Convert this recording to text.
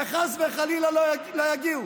שחס וחלילה לא יגיעו.